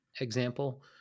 example